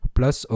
Plus